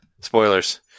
Spoilers